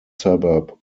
suburb